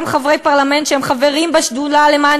גם חברי פרלמנט שהם חברים בשדולה למען